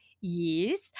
yes